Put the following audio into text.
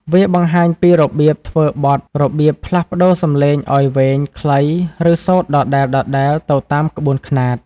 វាបង្ហាញពីរបៀបធ្វើបទ របៀបផ្លាស់ប្ដូរសំឡេងឱ្យវែង ខ្លី ឬសូត្រដដែលៗ ទៅតាមក្បួនខ្នាត។